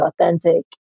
authentic